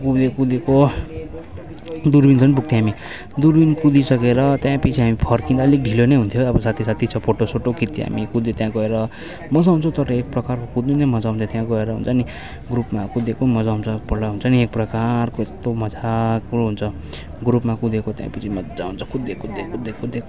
कुदे कुदेको दुर्बिनसम्म पुग्थ्यो हामी दुर्बिन कुदिसकेर त्यहाँपिछे हामी फर्किँदा अलिक ढिलो नै हुन्थ्यो अब साथी साथी छ फोटो सोटो खिच्थ्यो हामी कुद्दै त्यहाँ गएर मज्जा आउँछ हौ तर एक प्रकारको कुद्नु नै मज्जा आउँछ त्यहाँ गएर हुन्छ नि ग्रुपमा कुदेको पनि मज्जा आउँछ एकपल्ट हुन्छ नि एक प्रकारको यस्तो मज्जाको हुन्छ ग्रुपमा कुदेको त्यहाँपिछे मज्जा आउँछ कुद्दै कुद्दै कुद्दै कुद्दै कुद्दै